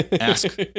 Ask